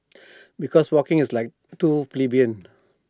because walking is like too plebeian